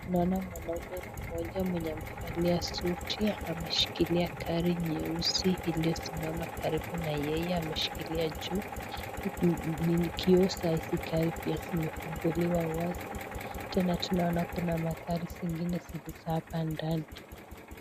Naona mwanaume mmoja mwenye amevalia suti, ameshikilia gari nyeusi iliosimama karibu na yeye, ameshikilia juu uku kioo pia zimefunguliwa wazi. Tena tunaona kuna magari zingine zilizo hapa ndani.